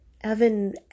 Evan